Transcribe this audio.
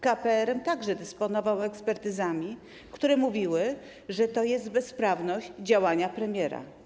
KPRM także dysponował ekspertyzami, które mówiły, że to jest bezprawne działanie premiera.